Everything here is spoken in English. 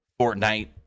Fortnite